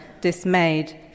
dismayed